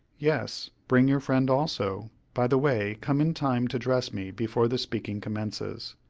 yes, bring your friend also. by the way, come in time to dress me before the speaking commences.